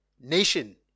nation